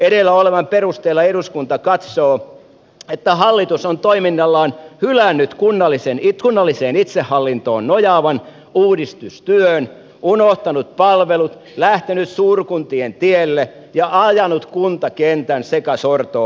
edellä olevan perusteella eduskunta katsoo että hallitus on toiminnallaan hylännyt kunnalliseen itsehallintoon nojaavan uudistustyön unohtanut palvelut lähtenyt suurkuntien tielle ja ajanut kuntakentän sekasortoon